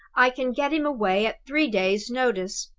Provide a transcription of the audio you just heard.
i can get him away at three days' notice.